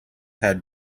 had